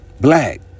Black